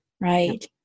right